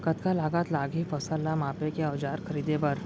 कतका लागत लागही फसल ला मापे के औज़ार खरीदे बर?